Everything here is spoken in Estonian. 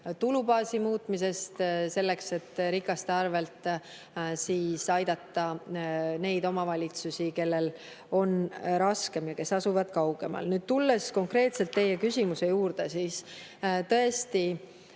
tulubaasi muutmisest selleks, et rikaste arvel aidata neid omavalitsusi, kellel on raskem ja kes asuvad kaugemal. Nüüd tulles konkreetselt teie küsimuse juurde, tõesti,